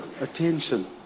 attention